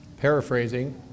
paraphrasing